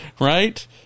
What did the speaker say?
right